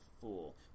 fool